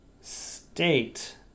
state